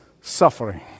suffering